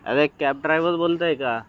अरे cab driver बोलतोय का